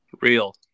Real